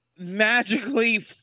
Magically